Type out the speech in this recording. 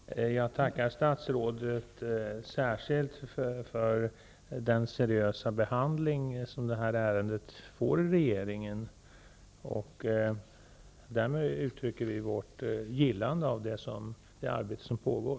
Herr talman! Jag tackar statsrådet särskilt för den seriösa behandling som detta ärende får i regeringen. Därmed vill jag uttrycka mitt gillande över det arbete som pågår.